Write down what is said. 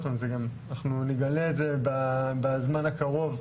אנחנו נגלה את זה בזמן הקרוב,